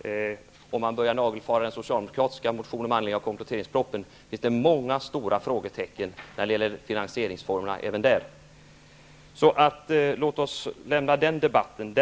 ej. Om man börjar nagelfara den socialdemokratiska motionen och manglingen av kompletteringspropositionen, finns det även där många stora frågetecken när det gäller finansieringsformerna. Låt oss lämna den debatten.